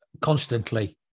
constantly